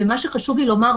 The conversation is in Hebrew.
מה שחשוב לי לומר,